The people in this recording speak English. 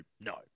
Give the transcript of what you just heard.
no